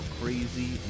crazy